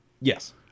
Yes